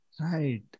Right